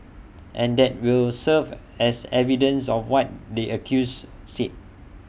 and that will serve as evidence of what the accused said